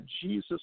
Jesus